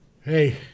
hey –